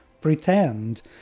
pretend